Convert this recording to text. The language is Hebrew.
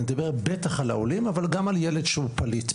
אני מדבר בטח על העולים אבל גם על ילד שהוא פליט.